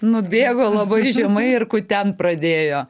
nubėgo labai žemai ir kutent pradėjo